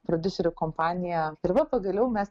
prodiuserių kompaniją ir va pagaliau mes